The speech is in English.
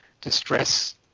distress